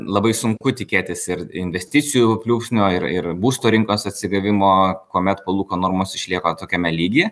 labai sunku tikėtis ir investicijų pliūpsnio ir ir būsto rinkos atsigavimo kuomet palūkanų normos išlieka tokiame lygyje